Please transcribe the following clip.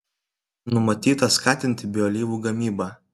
numatyta skatinti bioalyvų gamybą